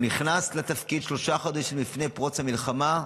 -- הוא נכנס לתפקיד שלושה חודשים לפני פרוץ המלחמה,